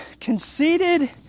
conceited